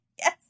yes